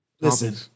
Listen